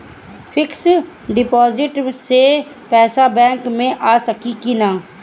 Fix deposit से पैसा bank मे आ सकी कि ना?